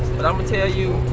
but i'mma tell you,